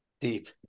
Deep